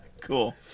Cool